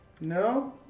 No